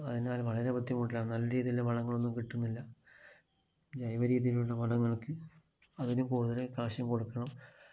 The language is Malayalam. അതിനാൽ വളരെ ബുദ്ധിമുട്ടാണ് നല്ല രീതിയിലുള്ള വളങ്ങളൊന്നും കിട്ടുന്നില്ല ജൈവ രീതിലുള്ള വളങ്ങൾക്ക് അതിന് കൂടുതൽ കാശും കൊടുക്കണം